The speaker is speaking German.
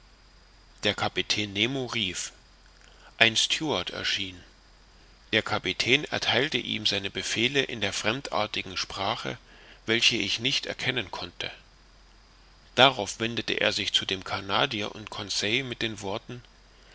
der kapitän nemo rief ein steward erschien der kapitän ertheilte ihm seine befehle in der fremdartigen sprache welche ich nicht erkennen konnte darauf wendete er sich zu dem canadier und conseil mit den worten